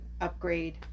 upgrade